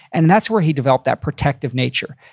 and that's where he developed that protective nature.